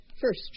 first